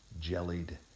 jellied